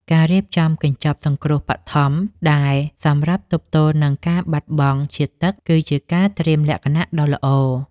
ការរៀបចំកញ្ចប់សង្គ្រោះបឋមដែលសម្រាប់ទប់ទល់នឹងការបាត់បង់ជាតិទឹកគឺជាការត្រៀមលក្ខណៈដ៏ល្អ។